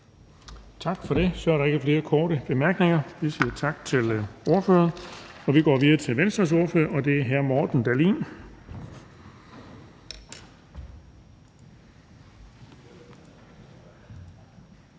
Tak for det. Så er der ikke flere korte bemærkninger. Vi siger tak til ordføreren og går videre til Venstres ordfører, og det er hr. Morten Dahlin.